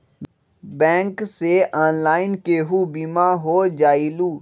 Bank से online केहु बिमा हो जाईलु?